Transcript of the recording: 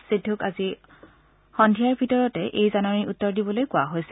সিদ্ধুক আজি সদ্ধিয়াৰ ভিতৰতে এই জাননীৰ উত্তৰ দিবলৈ কোৱা হৈছে